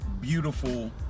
beautiful